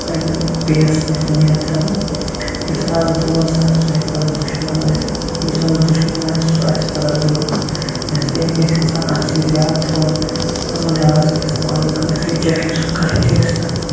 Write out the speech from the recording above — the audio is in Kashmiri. پَزِ نہٕ بیٚیِس نِش اُمیٖد تھاوٕنۍ یُس آز دوست آسہِ سُہ ہیٚکہِ پَگاہ دُشمَن ٲسِتھ یُس آز دشمن آسہِ سُہ آسہِ پَگاہ دوست اسلیے گژھہِ اِنسان اکھ چیٖز یاد تھاوُن پَنُن راز گژھہِ نہٕ وَنُن کٲنٛسے چاہے سُہ کانٛہہ تہِ ٲسۍ تن